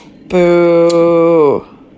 Boo